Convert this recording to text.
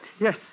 Yes